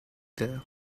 there